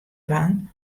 dwaan